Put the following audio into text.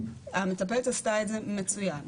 והמטפלת עשתה את זה מצוין.